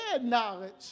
knowledge